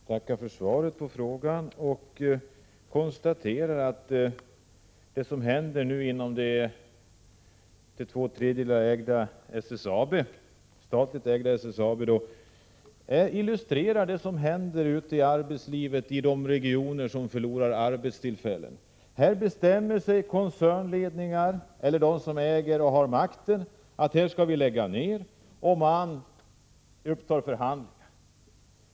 Herr talman! Jag tackar för svaret på frågan och konstaterar att det som nu händer inom det till två tredjedelar statligt ägda SSAB illustrerar vad som händer i arbetslivet ute i de regioner där man förlorar arbetstillfällen. Koncernledningar eller de som är ägare och har makt bestämmer sig för att lägga ner verksamheter, och man upptar förhandlingar.